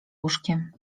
łóżkiem